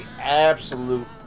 absolute